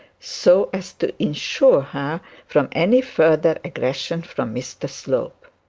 so as to insure her from any further aggression from mr slope.